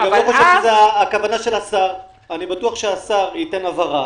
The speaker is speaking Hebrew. אני בטוח שהשר ייתן הבהרה,